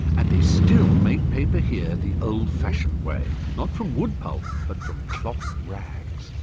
and they still make paper here the old-fashioned way, not from wood pulp, but from cloth rags.